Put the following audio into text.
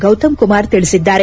ಗೌತಮ್ ಕುಮಾರ್ ತಿಳಿಸಿದ್ದಾರೆ